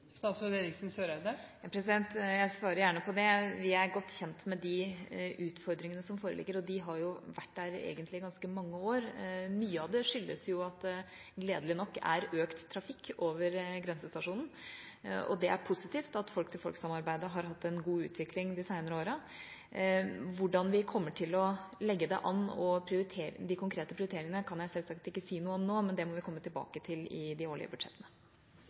Jeg svarer gjerne på det. Vi er godt kjent med de utfordringene som foreligger – de har egentlig vært der i ganske mange år. Mye av det skyldes at det, gledelig nok, er økt trafikk over grensestasjonen. Det er positivt at folk til folk-samarbeidet har hatt en god utvikling de senere årene. Hvordan vi kommer til å legge det an, de konkrete prioriteringene, kan jeg selvsagt ikke si noe om nå. Det må vi komme tilbake til i de årlige budsjettene.